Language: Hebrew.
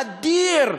"אדיר".